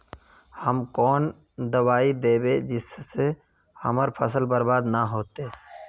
हम कौन दबाइ दैबे जिससे हमर फसल बर्बाद न होते?